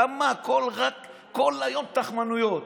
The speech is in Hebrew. למה הכול רק כל היום תחמנויות?